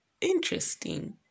interesting